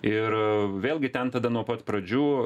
ir vėlgi ten tada nuo pat pradžių